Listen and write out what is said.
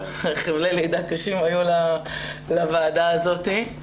חבלי לידה קשים היו לוועדה הזאת.